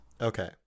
Okay